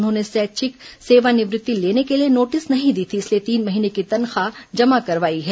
उन्होंने स्वैच्छिक सेवानिवृत्ति लेने के लिए नोटिस नहीं दी थी इसलिए तीन महीने की तनख्वाह जमा करवाई है